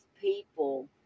people